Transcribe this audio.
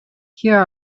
here